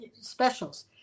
specials